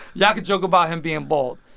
y'all can joke about him being bald.